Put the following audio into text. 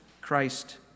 Christ